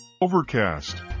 Overcast